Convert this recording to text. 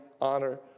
honor